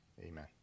amen